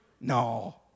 No